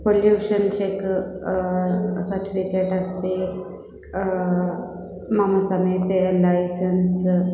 pollution check स certificate अस्ति मम समीपे लैसन्स्